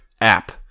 app